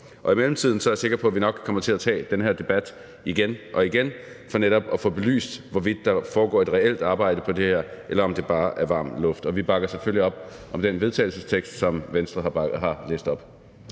om. I mellemtiden er jeg sikker på, at vi nok kommer til at tage den her debat igen og igen for netop at få belyst, hvorvidt der foregår et reelt arbejde på det her område, eller om det bare er varm luft. Vi bakker selvfølgelig op om det forslag til vedtagelse, som Venstre har læst op.